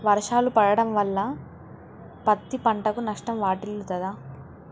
వర్షాలు పడటం వల్ల పత్తి పంటకు నష్టం వాటిల్లుతదా?